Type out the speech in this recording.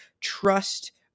trust